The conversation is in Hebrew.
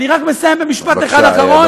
אני רק מסיים במשפט אחד אחרון,